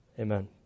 Amen